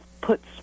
puts